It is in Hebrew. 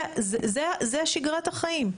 זה שגרת החיים.